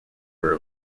were